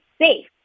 safe